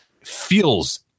feels